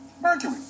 Mercury